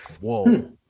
Whoa